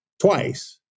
Twice